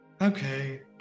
Okay